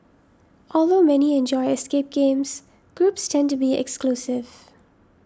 although many enjoy escape games groups tend to be exclusive